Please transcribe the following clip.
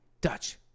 Dutch